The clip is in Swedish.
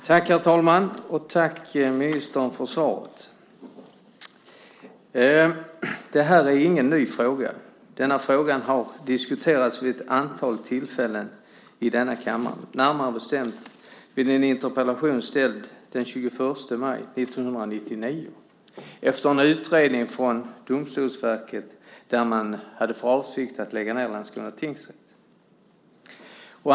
Herr talman! Tack, ministern, för svaret! Det här är ingen ny fråga. Den har diskuterats vid ett antal tillfällen i den här kammaren, till exempel vid en interpellation ställd den 21 maj 1999 efter en utredning från Domstolsverket där man hade för avsikt lägga ned Landskronas tingsrätt.